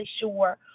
sure